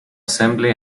assembly